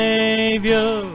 Savior